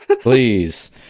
Please